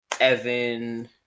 Evan